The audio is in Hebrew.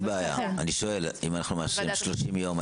אם מאשרים 30 יום,